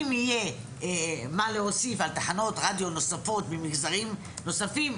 אם יהיה מה להוסיף על תחנות רדיו נוספות ממגזרים נוספים,